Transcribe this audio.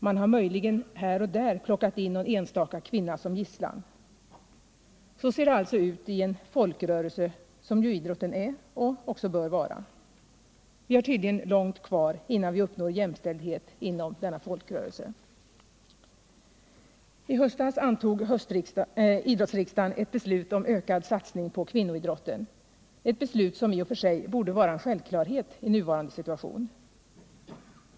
Man har möjligen här och där plockat in någon enstaka kvinna som gisslan. Så ser det alltså ut i en folkrörelse, som ju idrotten är och också bör vara. Vi har tydligen långt kvar innan vi uppnår jämställdhet inom denna folkrörelse. I höstas antog idrottsriksdagen ett beslut om ökad satsning på kvinnoidrotten — ett beslut som i och för sig borde vara en självklarhet i nuvarande situation.